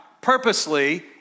purposely